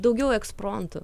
daugiau ekspromtu